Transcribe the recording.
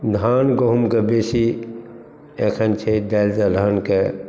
धान गहूमके बेसी एखन छै दालि दलहनके